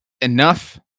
Enough